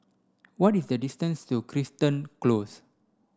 what is the distance to Crichton Close